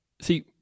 See